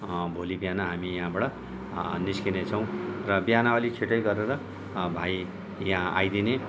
भोलि बिहान हामी यहाँबाट निस्किने छौँ र बिहान अलि छिटै गरेर भाइ यहाँ आइदिने